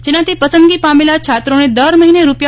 જેનાથી પસંદગી પામેલા છાત્રોને દર મહિને રૂા